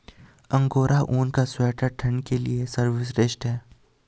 angora ऊन का sweater ठंड के लिए सर्वश्रेष्ठ है